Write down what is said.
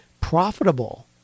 Profitable